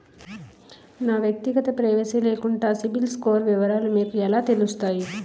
నా వ్యక్తిగత ప్రైవసీ లేకుండా సిబిల్ స్కోర్ వివరాలు మీకు ఎలా తెలుస్తాయి?